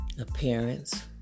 appearance